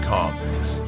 Comics